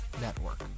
Network